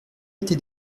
été